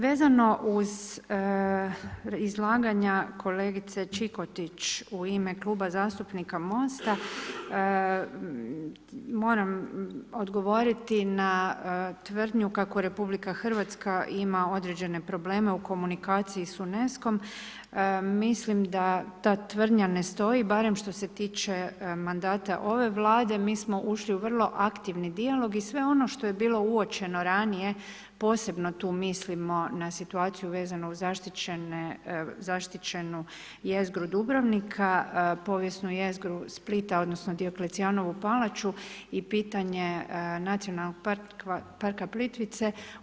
Vezano uz izlaganja kolegice Čikotić u ime Kluba zastupnika MOST-a moram odgovoriti na tvrdnju kako RH ima određene probleme u komunikaciji s UNESCOM, mislim da ta tvrdnja ne stoji, barem što se tiče mandata ove Vlade, mi smo ušli u vrlo aktivni dijalog i sve ono što je bilo uočeno ranije, posebno tu mislimo na situaciju vezano uz zaštićenu jezgru Dubrovnika, povijesnu jezgru Splita, odnosno Dioklecijanovu palaču i pitanje Nacionalnog parka Plitvice.